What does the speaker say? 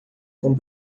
com